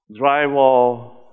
drywall